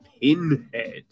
Pinhead